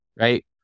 right